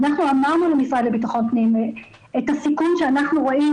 אנחנו אמרנו למשרד לביטחון פנים את הסיכון שאנחנו רואים